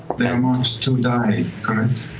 to die, correct?